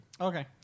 Okay